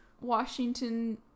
Washington